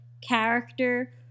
character